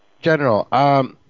General